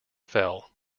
fell